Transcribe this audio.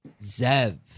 Zev